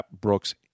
Brooks